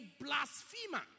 blasphemer